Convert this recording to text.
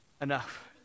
enough